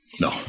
No